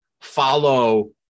follow